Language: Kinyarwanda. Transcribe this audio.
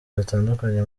batandukanye